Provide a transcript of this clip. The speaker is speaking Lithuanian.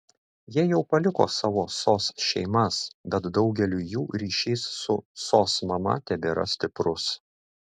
jie jau paliko savo sos šeimas bet daugeliui jų ryšys su sos mama tebėra stiprus